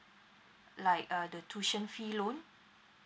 like uh the tuition fee loan